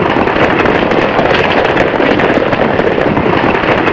this